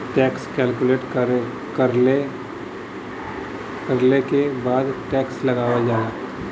tax calculate करले के बाद टैक्स लगावल जाला